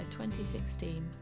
2016